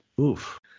Oof